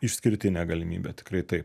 išskirtinė galimybė tikrai taip